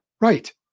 Right